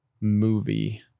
movie